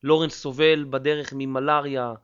לורנס סובל בדרך ממלריה